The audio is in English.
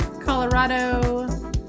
Colorado